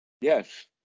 Yes